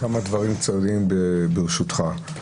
כמה דברים קצרים, ברשותך: